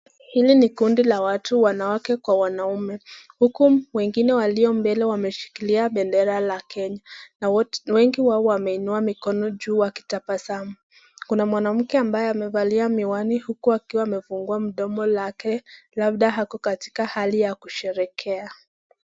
Hili ni kundi la watu wanawake Kwa wanaume huku wengine walio mbele wameshikikia bendera la Kenya na wengi wao wameinua mikono juu wakitabasamu. Kuna mwanamke ambaye amevalia miwani huku akiwa amefungua mdomo lake land ako katika Hali ya kusherehekea.